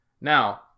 Now